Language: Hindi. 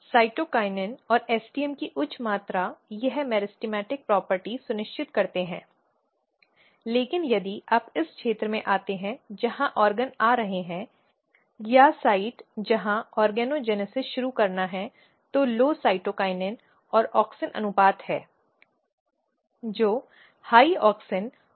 साइटोकिनिन और STM की उच्च मात्रा यह मेरिस्टेमेटिक प्रॉपर्टी सुनिश्चित करते हैं लेकिन यदि आप इस क्षेत्र में आते हैं जहां अंग आ रहे हैं या साइट जहां ऑर्गोजेनेसिस शुरू करना है तो कम साइटोकिनिन और ऑक्सिन अनुपात है जो उच्च ऑक्सिन और कम साइटोकिनिन है